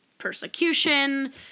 Persecution